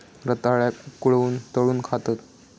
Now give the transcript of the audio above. रताळ्याक उकळवून, तळून खातत